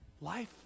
Life